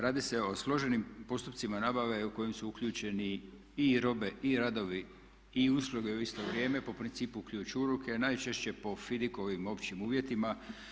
Radi se o složenim postupcima nabave u koje su uključeni i robe i radovi i usluge u isto vrijeme po principu ključ u ruke, najčešće po … općim uvjetima.